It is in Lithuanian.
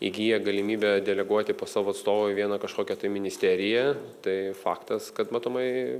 įgyja galimybę deleguoti po savo atstovą į vieną kažkokią tai ministeriją tai faktas kad matomai